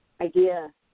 idea